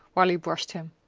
while he brushed him.